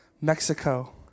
Mexico